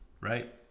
right